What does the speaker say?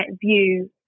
view